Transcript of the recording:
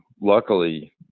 luckily